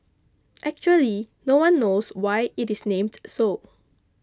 actually no one knows why it is named so